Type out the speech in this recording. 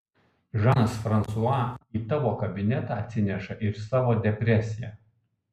žanas fransua į tavo kabinetą atsineša ir savo depresiją